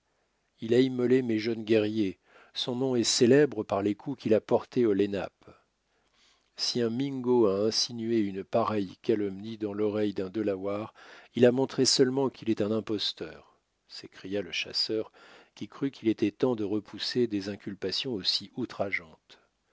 il a immolé mes jeunes guerriers son nom est célèbre par les coups qu'il a portés aux lenapes si un mingo a insinué une pareille calomnie dans l'oreille d'un delaware il a montré seulement qu'il est un imposteur s'écria le chasseur qui crut qu'il était temps de repousser des inculpations aussi outrageantes